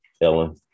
Ellen